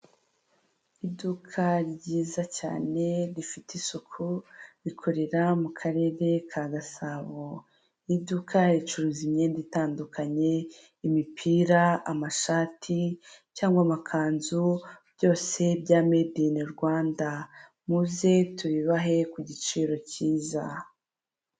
Iduka ryiza cyane rifite isuku rikorera mu karere ka Gasabo iduka ricuruza imyenda itandukanye, imipira amashati, cyangwa amakanzu byose bya mede in Rwanda muze tubibahe ku giciro kiza.